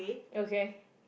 okay